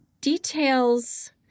details